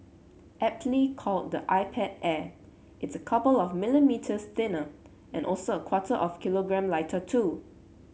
aptly called the iPad Air it's a couple of millimetres thinner and also a quarter of kilogram lighter too